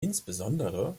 insbesondere